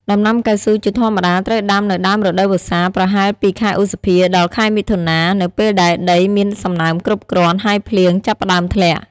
ដំណាំកៅស៊ូជាធម្មតាត្រូវដាំនៅដើមរដូវវស្សា ប្រហែលពីខែឧសភា ដល់ ខែមិថុនា នៅពេលដែលដីមានសំណើមគ្រប់គ្រាន់ ហើយភ្លៀងចាប់ផ្តើមធ្លាក់។